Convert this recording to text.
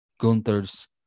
Gunther's